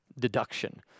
deduction